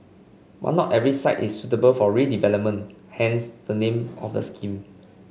but not every site is suitable for redevelopment hence the name of the scheme